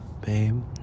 babe